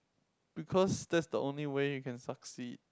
because that's the only way you can succeed